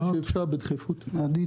אנחנו נטפל בזה.